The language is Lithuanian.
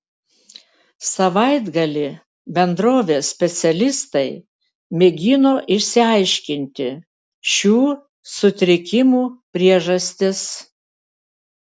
savaitgalį bendrovės specialistai mėgino išsiaiškinti šių sutrikimų priežastis